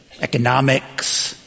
economics